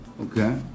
okay